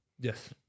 yes